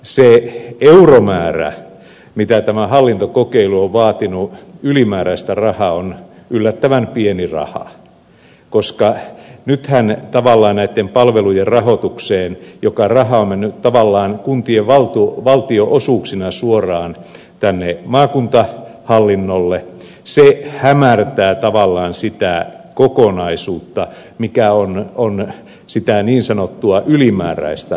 minusta se euromäärä mitä tämä hallintokokeilu on vaatinut ylimääräistä rahaa on yllättävän pieni raha koska nythän tavallaan näitten palvelujen rahoitukseen käytettävä raha joka on mennyt tavallaan kuntien valtionosuuksina suoraan maakuntahallinnolle hämärtää tavallaan sitä kokonaisuutta mikä on sitä niin sanottua ylimääräistä rahaa